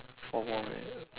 four more minute